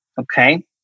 okay